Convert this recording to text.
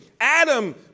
Adam